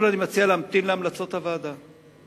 אני מציע להמתין להמלצות הוועדה,